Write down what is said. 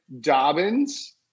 Dobbins